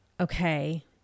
okay